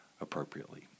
appropriately